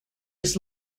his